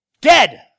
dead